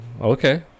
Okay